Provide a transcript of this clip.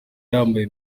yambaye